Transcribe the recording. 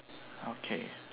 okay